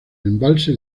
embalse